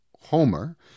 Homer